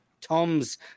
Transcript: Tom's